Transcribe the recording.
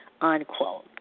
unquote